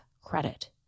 credit